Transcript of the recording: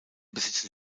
besitzen